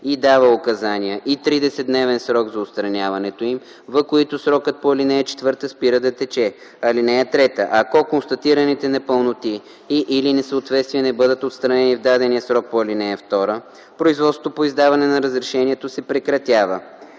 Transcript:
и дава указания и 30-дневен срок за отстраняването им, в който срокът по ал. 4 спира да тече. (3) Ако констатираните непълноти и/или несъответствия не бъдат отстранени в дадения срок по ал. 2, производството по издаване на разрешението се прекратява.